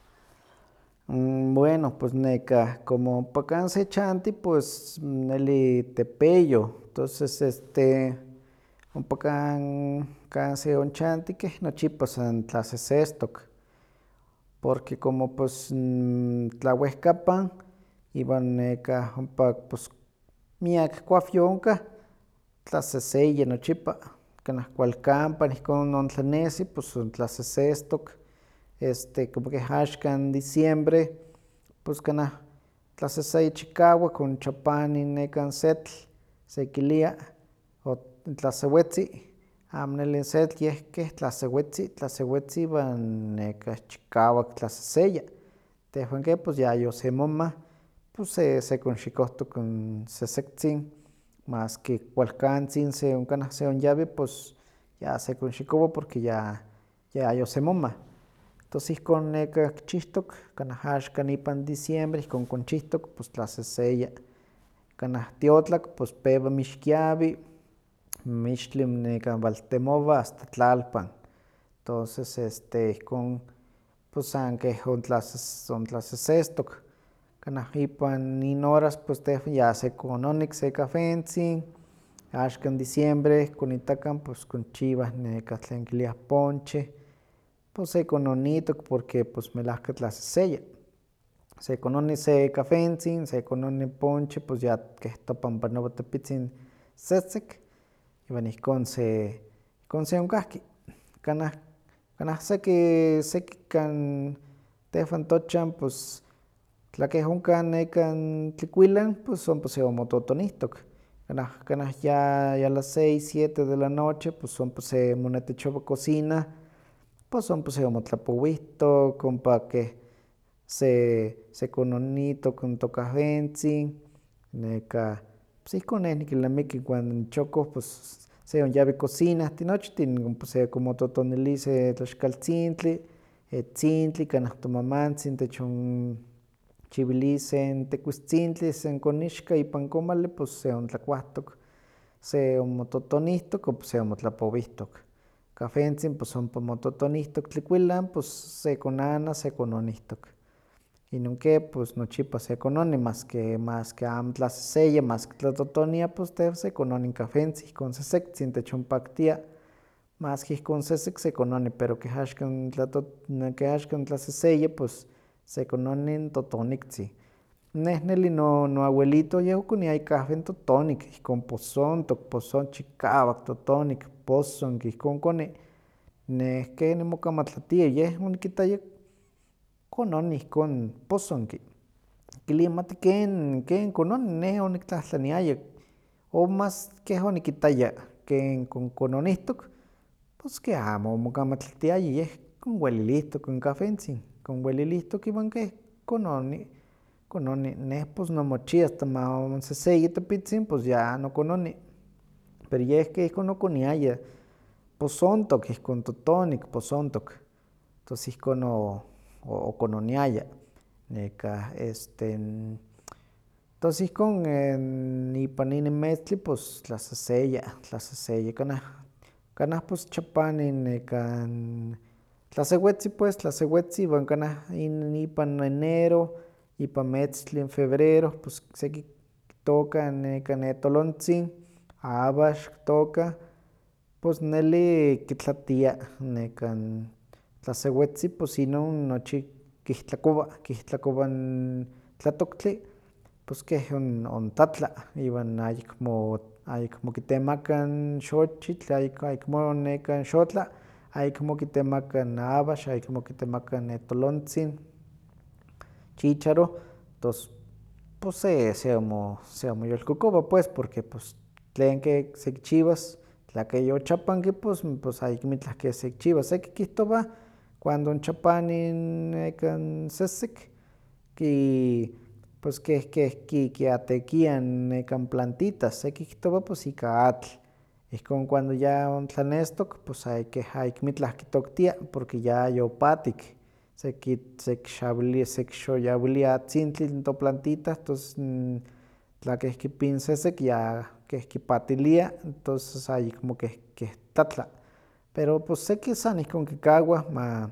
bueno, como ompa kan se chanti pus neli tepeyoh, toses este ompa kan kan seonchanti keh nochipa san tlasesestok, porque como pos n tlawehkapan iwan nekah ompa pos miak kuawyoh onkahh tlaseseya nochipa, kanah kualkampan ihkon ontlanesi san tlasesestok, como keh axkan diciembre, tlaseseya chikawak, onchapani n setl sekilia, o tlasewetzi, amo nelli n setl, yeh keh tlasewetzi, tlasewetzi iwan nekah chikawak tlaseseya. Tehwan ke pos yayosemomah pos sekonxikohtok n sesektzin, maski kualkantzin kanah seonyawi ya sekonxikowa porque yayo- yayosemoma. Entonces ihkon kichihtok, kanah axan diciembre ihkon konchihtok, pos tlaseseya. Kanah tiotlak pos pewa mixkiawi, mixtli nekan waltemowa asta tlalpan, toses este ihkon, pos san keh ontlas- ontlasesestok, kanah ipan inhoras pos tehwan yosekononik se cahwentzin, axkan diciembre xikonitakan pos konchiwah nekan tlan kiliah ponche, pos sekonointok porque pues melahka tlaseseya, sekononi se cahwentzin, sekononi ponche pos ya keh topan panowa tepotzin sesek, iwan ihkon se, ihkon seonkahki. Kanah kanah seki seki kan tehwan tochan pos tla keh onkah nekan tlikuilan pos ompa seonmototonihtik, kanah yayi las seis siete de la noche, pos ompa semonetechowa cocina, pos ompa seonmotlapowihtok, ompa keh se sekononitok tocahwentzin, nekah pos ihkon neh nikilnamiki cuando nochokoh seonyawi cocina tinochtin, ompa sekonmototonili se tlaxkaltzintli, etzintli, kanah tomamantzin techonchiwili se tekuistzintli sekonixka ipan komali pos seontlakuahtok, seonmototonihtok ompa seonmotlapowihtok. Kahwentin pos ompa mototonihtok tlikuilan pos sekonana sekononihtok, inon ke pos nochipa sekononi maske maske amo tlaseseya maske tlatotonia pos tehwan sekononi cahwentin ihkon sesektzin techonpaktia, maske ihkon sesek sekononi, pero keh axkan tlato- tlaseseya pos sekpnoni totoniktzin, neh neli no- noawelito yeh okoniaya kahwen totonik ihkon posontok, posonk chikawak totonik, posonki ihkon koni. Neh ke nimokamatlalia, yeh onikittaya kononi ihkon posonki. Nikili amati ken ken kononi, neh neh oniktlahtlaniaya o mas ken onikitaya ken ken kononihtok, pos keh amo omokamatlatiaya, yeh konwelilihtok n kahwentzin, konwelilihtok iwan keh kononi, kononi. Neh pos nonmochia asta ma onseseya tepitzin pos ya nokononi. Pero yeh ke ihkon okoniaya, posontok, ihkon totonik, posontok. Tos ihkon o- okononiaya, nekah este n tos ihkon ipan inin metztli pos tlaseseya, tlaseseya. Kanah kanah pos chapani nekan, tlasewetzi pues, tlasewetzi. Iwan kanah in- ipan enero, ipan metztli febrero, ps seki kittokah n etolontzin, awax kitookah, pos neli kitlatia nekan tlasewetzi, pos inon nochi kihtlakowa, kihtlakowa n tlatoktli, pos keh ompa n tlala, iwan ayekmo ayekmo kitemaka n xoxhitl, ayekmo nekan xotla, ayekmo kitemaka n awax, ayekmo kitemaka n etolonzin, chícharo, tos pos se- seonmoyolkokowa pues porque tlen ke sekichiwas, pos pos ayekmitlah ke sekichiwas, seki kihtowah cuando chapani n nekan sesek, ki- pos keh- keh- ki- kiatekiah nekan plantitas, seki kihtowah pos ika atl, ihkon cuando ya ontlanestok, pos ay- keh ayekmitlah kitoktia porque yayopatik, sekixawilia sekixoyawilia atzintli toplantita, tos n tlaken kipi n sesek, ya keh kipatilia tonses keh keh tlatla, pero pos seki san ihkon kikawah ma-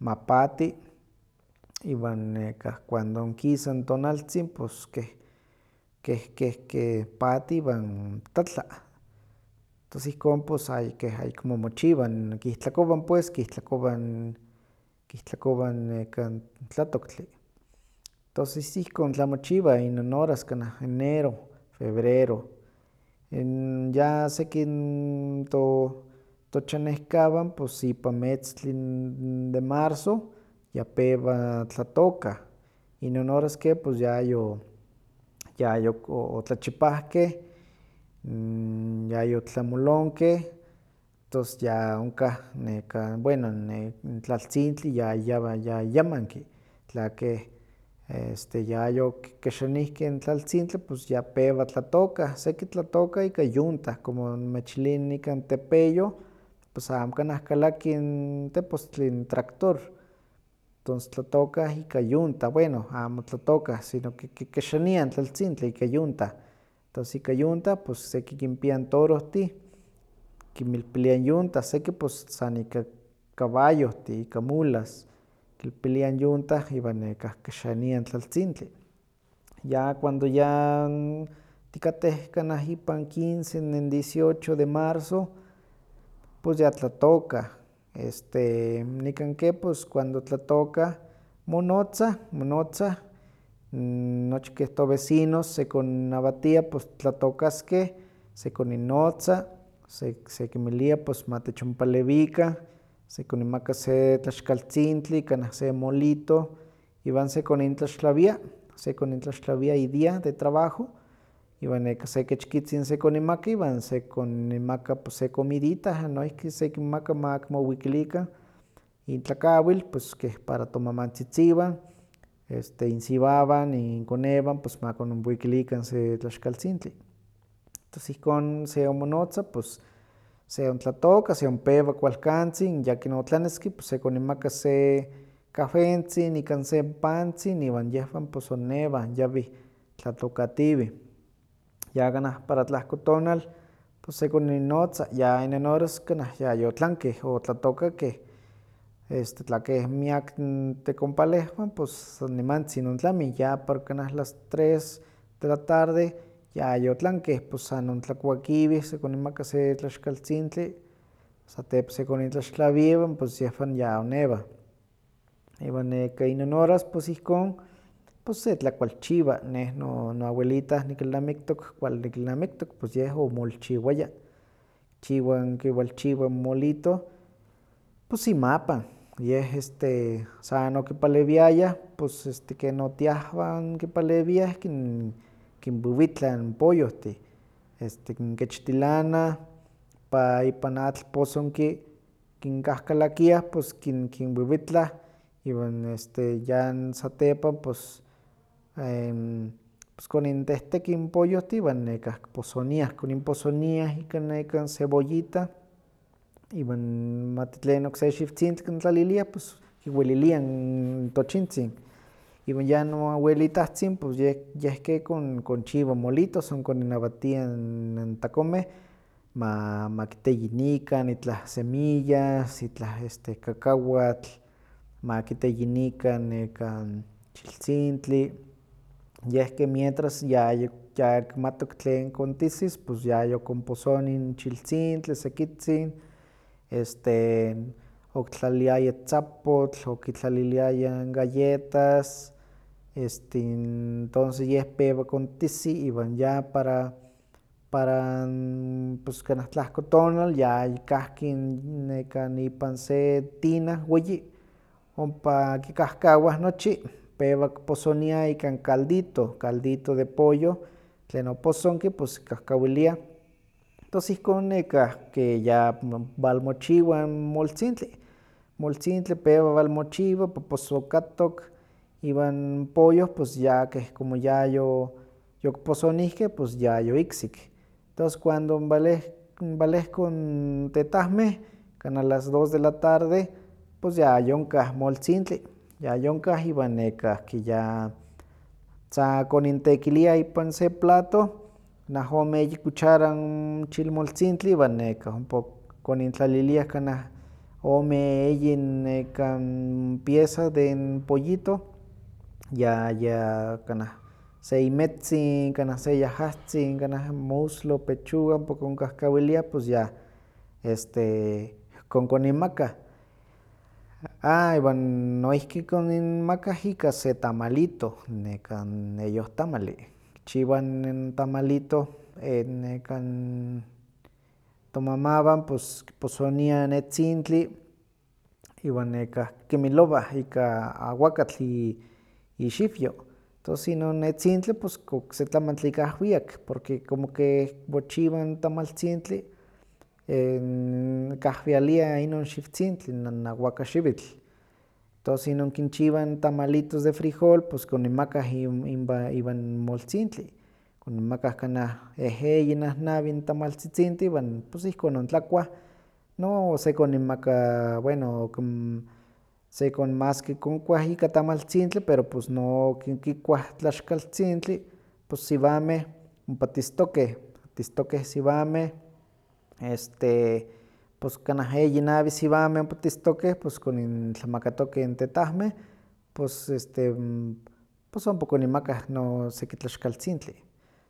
mapati, iwan nekah cuando onkisa tonaltzin pos keh keh keh pati iwan tlatla. Tos ihkon keh ay- keh ayekmo mochiwa n, kihtlakowa pues, kihtlakowa n nekan tlatoktli. Toses ihkon tlamochiowa inon horas kanah enero, febrero. Ya n seki n to- tochanehkawan pos ipan metzli n de marzo ya pewa tlatookah. Inon horas ke pos yayo- yayotlachipahkeh, yayotlamolonkeh, tos ya onkah, bueno ne- tlaltzintli, ya- ya- yayamanki. Tla keh este yayokikexanihkeh n tlaltzintli ya pewa n tlatookah. Seki tlatookah ika yuntah, como nimechili nikan tepeyoh pos amo kanah kalaki tepostli tractor, tons tlatooka ika yuntah, bueno amo tlatookah sino ki- kikexaniah n tlaltzintli ika yuntah, pos ika yuntah seki kimpiah torohtih kinmilpiliah n yunta, seki pos san ika caballohtih, san ika mulas, kilpiliah n yuntah iwan nekah kikexaniah n tlaltzintli. Ya cuando ya, kateh kanah ipan quince, dieciocho de marzo pos ya tlattokah. Este nikan ke pos cuando tlatookah monotzah, monotzah, n nochi keh tovecinos sekinnawatia tlatookaskeh, sekoninnotza, sekinmilia pues matechonpalewikah, sekoninmaka se tlaxkaltzintli, kanah se molito, iwan sekonintlaxtlawia, sekonintlaxtlawia idía de trabajo, iwan se kechkitzin sekoninmaka iwan sekoninmaka se comidita, noihki sekinmaka ma kimowikilikan intlakawitl, keh para tomamantzitziwan, insiwawan, inkonewan, pos makinwikilikan se tlaxkaltzintli, tos ihkon seonmonotza pos seontlatooka, seonpewa kualkantzin, yakin otlaneski pos sekoninmaka se kahwentzin, se pantzin, iwan yehwan pues onewah yawih tlatookatiiweh. Ya kanah para tlahkotonal sekoninnotza, ya inon horas kanah yayotlankeh otlatookakeh, este tlakeh miak tekompalehwan pos san nimantzin ontlamih, ya para kanah las tres de la tarde yayotlankeh, pos san tlakuakiweh sekoninmaka se tlaxkaltlintli, satepa sekonintlaxtlawia iwan yehwan yaonewah. Inon horas pos ihkon seontlakualchiwa, neh noawelita nikilnamiktok, kualli nikilnamiktok pos yeh omolchiwaya. Kichiwa, kiwalchiwa n molito, pos imapan, yeh este san okipalewiayas pos este keh notiahwan kipalewiah kinwiwitlah n pollohtih, kinchechtilanah ompa ipan atl posonki kinkahkalakiah pos kin kin wiwitlah iwan este yan satepan pos, pos kon intehtekih n pollohtih, koninposoniah, kinposoniah ikan nekan cebollitah iwan mati tlen okseki xiwtzintli kitlaliliah pos kiwelilia n tochintzin, iwan ya noawelitahtzin yeh ke konchiwa molitoh, san koninnawatia n takomeh, ma- ma kiteyinikan itlah semillas, itlah kakahuatl, ma kiteyinikan nekan chiltzintli, yeh ke mientras yayi- yakimatok tlen kontisis pos yayokonposonih n chiltzintli sekitzin, este, okitlaliliaya tzapotl, okitlaliliaya galletas, este n tonses yeh pewa ontisi, iwan ya para, para n kanah tlahkotonal yakikahki nekah n ipan se tina weyi, ompa kikahkawah nochi pewa kiposoniah ika n calditoh, caldito de pollo tlen oposonki kikahkawiliah, tos ihkon nekan ya walmochiwa moltzintli, pewa walmochiwa poposokatok, iwan pollo pos ya keh como yayo- yokiposonihkeh yayoiksik. Tos cuando waleh- walehkoh n tetahmeh kanah a las dos de la tarde, pos yayonkah moltzintli, yayionkah iwan nekahki ya sa konintekiliah ipan se plato, kanah ome eyi cuchara n chilmoltzintli, iwan nekah ompa konintlaliliah kanah ome eyi n nekan pieza de n pollitoh, ya- ya kanah se imetzin, seiahahtzin, kanah muslo, pechuga ompa konkahkawiliah, pos ya este kon- koninmakah. Ah iwan noihki koninmakah ika se n tamalitoh, eyohtamali, kichiwah n tamalito e- nekan tomamawan pos kiposoniah n etzintli, iwan kikimilowah ika nekan awakatl ixiwyo, tos inon etzintli pos okse tlamantli ik ahwiak porque como ke mochiwa n tamaltzintli kahwialia inon xiwtzintli, awakaxiwitl, tos inon kinchiwah n tamalitos de frijol pos koninmakah iwan moltzintli, koninmakah kanah eheyi, nahnawi n tamaltzitzintih pos ihkon ontlakuah. No sekoninmaka, bueno, con, maski konkuah n tamaltzintli pero pos no kikuah n tlaxkaltzintli, pos siwameh ompa tistokeh, tistokeh siwameh, este, pos kanah eyi, nawi siwameh ompa tistokeh, pos kontlamakatokeh tetahmeh, pos este pos ompa koninmakah no seki tlaxkaltzintli.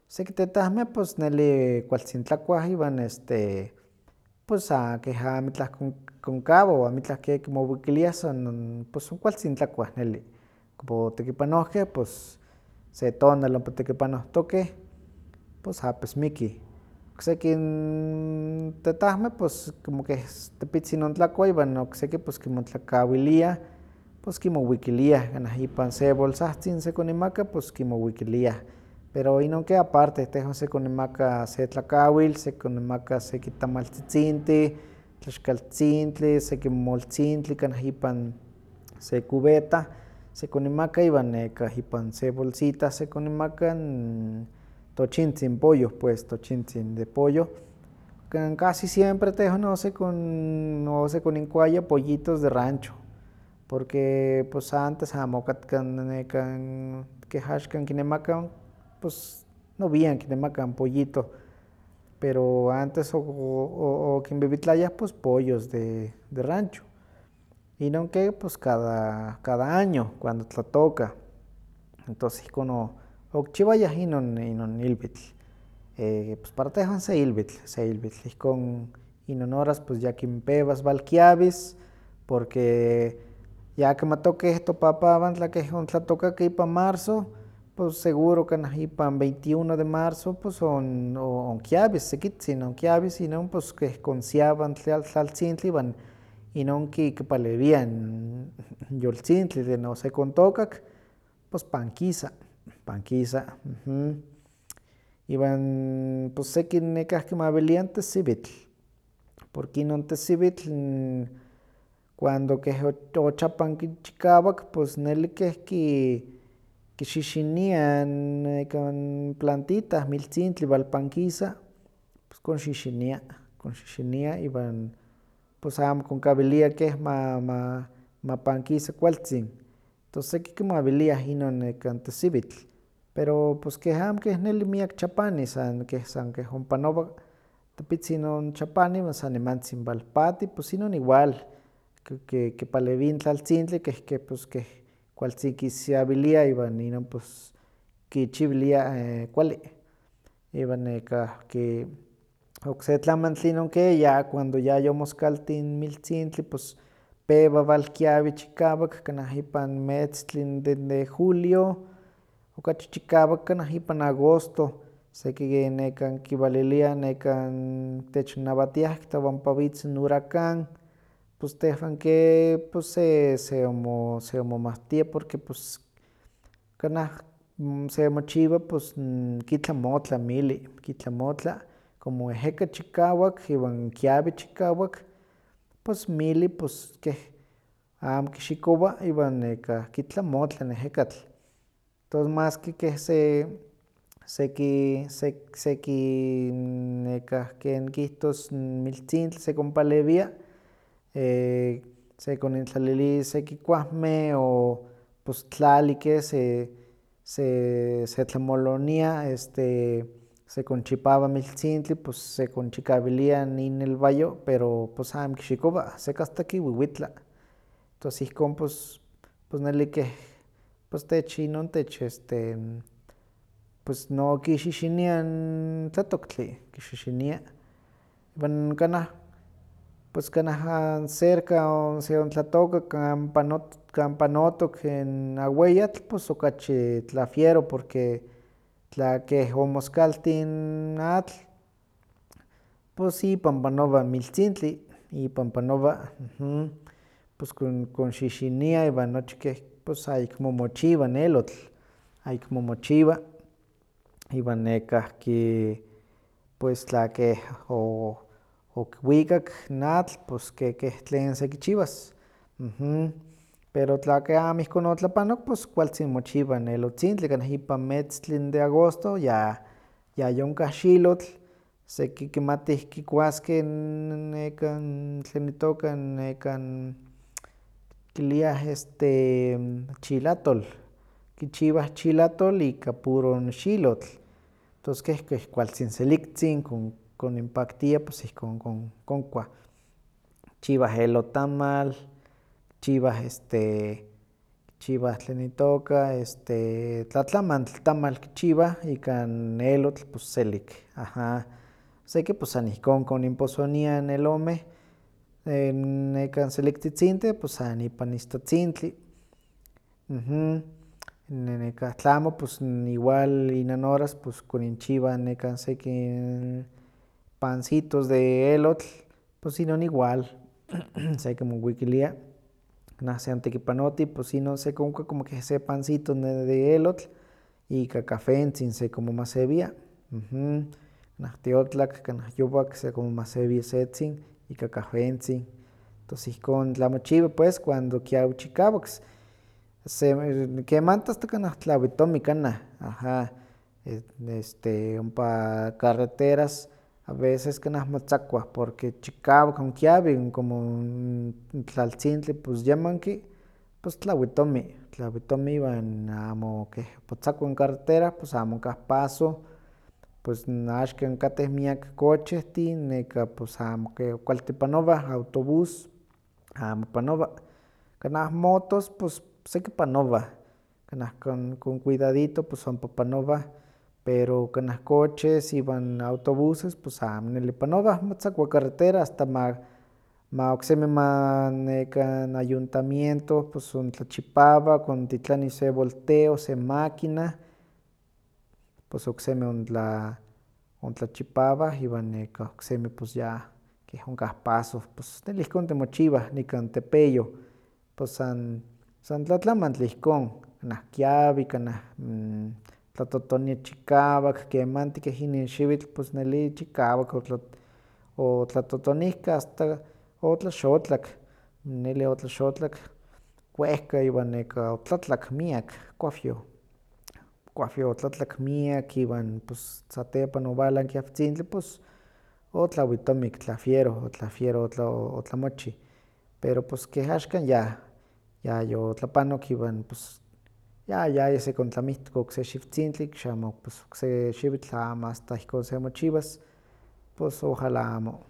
Seki tetahmeh pues neli kualtzin tlakua iwan este pos amo keh amo itlah konkawah, amo itlah kimowikiliah, san pos kualtzi tlakuah, neli. Como otekipanohkeh, pos se tonalli ompa tekipanohtokeh, pos apesmikih. Okseki n tetahmeh pos como keh tepitzin ontlakuah iwan okseki pos kimotlakawiliah, pos kimowikiliah kanah ipan se bolsahtzin se koninmaka pos kimowikiliah, pero inon ke aparte tehwan sekoninmaka se tlakawil, sekoninmaka seki tamaltzitzintih, tlaxkaltzintli, seki moltzintli kanah ipan se cubeta, sekoninmaka iwan nekah ipan se bolsita sekoninmaka n tochintzin polloh pues, tochintzin de pollo, nikan casi siempre osekoninkualla pollitos de rancho, porque pos antes amo okatkah n nekan keh axkan kinemakah pos nowian kimnekamah n pollitoh, pero antes o- o- okinwiwitlayah pues pollos de rancho, inon ke pues cada año cuando tlatookan, tos ihkon o- o- okichiwayah inon- inon ilwitl. pos para tehwan se ilwitl, se ilwitl, ihkon inon horas pos yakin pewas walkiawis porque ya kimatokeh topapawan tla keh otlatookakeh ipan marzo, pos seguro kanah ipan veintiuno de marzo on- onkiawis sekitzin, onkiawis, inon pos keh konsiawa tlaltzintli iwan inon ki- kipalewia n yoltzintli de n osekontookak, pos pankisa, pankisa, iwan pos seki kimawiliah n tesiwitl, porque inon tesiwitl, cuando keh ochapanki chikawak, pos neli keh ki- kixixinia n nekan plantita miltzintli walpankisa, pos konxixinia, konxixinia iwan pos amo konkawilia keh ma- mamapankisa kualtzin, tos seki kimawiliah inon tesiwitl, pero pos keh amo keh neli miak chapani san keh san keh ompanwa tepiztin onchapani iwan san nimantzin walpati pos inon igual kipalewi n tlaltzintli keh kualtzin kisiawili iwan inon pues kichiwilia kualli. Iwan nekahki, okse tlamantli inon ke inon cuando yayomoskaltih n miltzintli, pewa walkiawi chikawak kanah ipan metzli de julio, okachi chikawak kanah ipan agosto, seki nekan kiwaliliah technawatiah kihtowa ompa witz n huracán, pues tehwan ke seonmomawtia porque pus kanah semochiwa pus kitlamotla milli, kitlamotla, como eheka chikawak, iwan kiawi chikawak, pos mili pos keh amo kixikowa iwan nekah kitlamotla n ehekatl, tos maski keh se seki- seki nekah, ken nikihtos, miltzintli sekonpalewia, sekonintlalili seki kuawmeh, pos tlali ke se- se- setlamolonia este, sekonchipawa miltzintli, pos sekonchikawilia n inelwayo, pos amo kixikowa, seki asta kiwiwitla. Tos ihkon pus pus neli keh pus tech inon tech tech este nokixixinia n tlatoktli, kixixinia, iwan kanah pos kanah an- cerca seontlatooka kan poanot- kan panotok n aweyatl, pos okachi tlawiero porque tlakeh omoskaltih n atl, pos ipan panowa n miltzintli, ipan panowa, pos konxixinia iwan nochi keh ayekmo mochiwa n elotl, ayekmo mochiwa, iwan nekahki pues tla keh o- okiwikak n atl, pues ke keh tlen sekichiwas, pero tla keh amo ihkon otlapanok, pos kualtzin mochiwa n elotzintli, kanah ipan metzli de agosto ya- yayonkah xilotl, seki kimatih kikuaskeh nekan, tlen itooka, nekan kiliah este, chilatol, kichiwah n chilatol ika puro n xilotl, tos keh kualtzin seliktzin, koninpaktia pos ihkon konkuah, kichiwah elotamal, kichiwah este kichiwah, tlen itooka, este, tlatlamantli tamal kichiwah, ikan elotl pues selik, aha. Seki pos san ihkon kinposoniah n elomeh seliktzitzintih, pues san ihkon ipan istatzintli, nekah tlamo pos igual inon horas koninchiwah seki n pansitos de elotl, pos inon igual sekimowikilia kanah seontekipanoti, pues inon sekonkua como keh se pansito de elotl, ika cahwentzin sekimomasewia, kanah tiotlak, kanah yowak, sekonmomasewia setzin, ika kahwentzin, tos ihkon tlamochiwa pues cuando kiawi chikawak, s- se- kemanti asta kanah tlawitomi kanah, aha. Este ompa carreteras a veecs kanah motzakuah porque chikawak onkiawi iwan como tlaltzintli yamanki, pos tlawitomi, tlawitomi iwan amo keh, motzakua n carretera, pos amo onkah paso. Pos axkan katteh iaktik cochehtin, amo kualti panowah, autobús amo panowa. Kanah motos pos seki panowah, kanah con cuidadito pos ompa panowan, pero kanah coches, autobuses, amo neli panowah, motzakua carretera asta ma- maoksemi ma, nekan ayuntamiento ontlachipawa, kontitlani se voleto, se máquina, pos okseki ontl- ontlachipawah, iwan oksemi keh ya- kehonkah paso. Pos neli ihkon timochiwah nikan tepeyoh, pos san- san tlatlamantli ihkon kanah kiawi, kanah tlatotonia chikawak, kemanti keh inin xiwitl, chikawak otlat- otlatotonihka asta otlaxotlak, nelo otlaxotlak wehka iwan neka otlatlak miak kiawyoh, kuawyoh oitlatlak miak, iwan satepan owalah kiawtzintli pos, otlawitomik tlawiero, tlawiero otla- otlamochih, pero pues keh axkan ya yayotlapanok iwan ps ya- yayisekontlamihtok okse n xiwtzintli koxamo okse xiwitl amo asta ihkon seonmochiwas, pos ojalá amo.